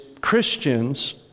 Christians